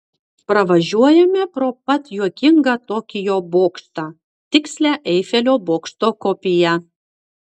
pravažiuojame pro pat juokingą tokijo bokštą tikslią eifelio bokšto kopiją